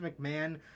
McMahon